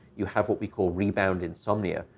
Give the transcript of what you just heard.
you have what we call rebound insomnia,